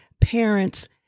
Parents